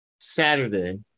Saturday